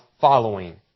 following